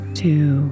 two